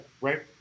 Right